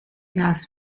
das